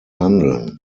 handeln